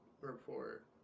report